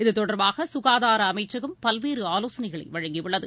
இதுதொடர்பாக சுகாதார அமைச்சகம் பல்வேறு ஆலோசனைகளை வழங்கியுள்ளது